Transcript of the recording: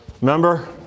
remember